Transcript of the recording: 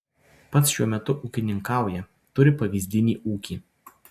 pats šiuo metu ūkininkauja turi pavyzdinį ūkį